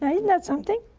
isn't that something?